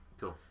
Cool